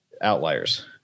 Outliers